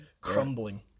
crumbling